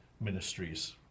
ministries